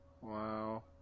Wow